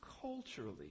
culturally